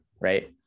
Right